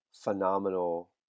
phenomenal